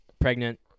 pregnant